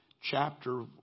chapter